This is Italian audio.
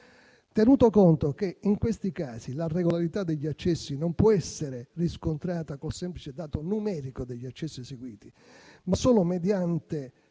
Tenuto conto che in questi casi la regolarità degli accessi non può essere riscontrata con il semplice dato numerico degli accessi eseguiti, ma solo mediante